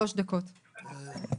תודה רבה,